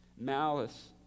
Malice